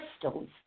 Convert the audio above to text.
crystals